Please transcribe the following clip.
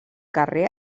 carrer